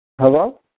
Hello